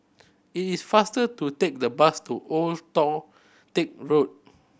it is faster to take the bus to Old Toh Tuck Road